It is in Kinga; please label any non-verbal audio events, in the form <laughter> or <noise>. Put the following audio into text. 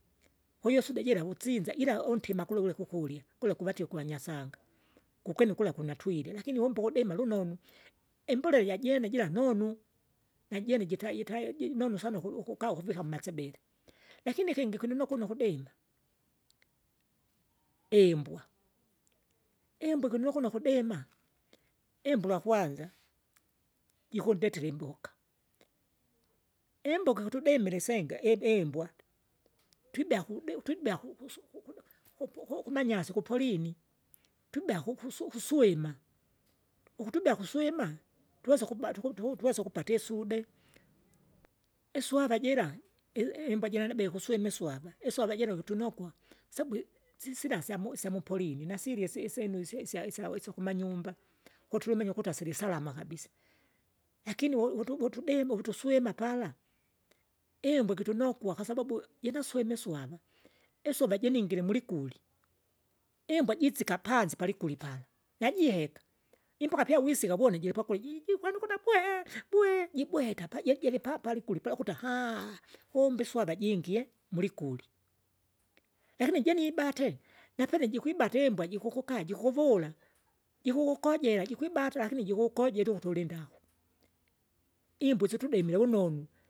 Kwahiyo isuda jira wusinza ila, ila untima gula guleke ukurya, gule kuvie kuvanyasanga, gugene kurya kunatwile lakini umpu ukudima lunonu, imbolela jene jira nonu, najene jita- jitae- jinonu sana ukuka ukuvika mmasebele, lakini ikingi ikinokuno ukudima. Iimbwa, imbwa ikinokuno kudima, imbula kwanza, jikundetile imbuka, imbuka ikutudimile isenga, i- imbwa, twibea kudi twibea kukusu kikudu kupo kumanyasikupolini, twibea kukusu kuswima, ukutubea kuswima, tuwesa ukuba tukutuku tuwesa isude. Iswava jira i- i- mbwa jira nabe kuswima iswava, iswava jira ukitunokwa, sabwi sisila syamu- syamupolini nasirye seisenu isya- isya- isyakumanyumba, kutuluminye ukuta asilisalama kabisa. Lakini uvu- uvu- vutudima ukutuswima pala, imbwa ikititunokwa kwasababu, jinaswime iswara, isuva jiningire mulikuli, imbwa jisika panzi palikuli pala, najiheka, impaka pyawisika wene jilipakuli jiji kwene ukuti <unintelligible> <hesitation> jibweta pa jejepa palikuli pala kuta <hesitation> kumbe iswava jingie mulikuli. Lakini jene ibate, napene jikwibata imbwa jikukuka jikuvula, jikukukojera jikwibata lakini jikukojera ukutu ulindagu. Imbwa syutudemile vunonu.